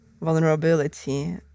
vulnerability